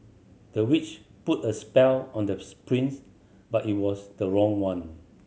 the witch put a spell on the prince but it was the wrong one